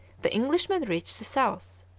the englishman reached the south.